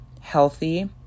healthy